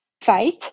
fight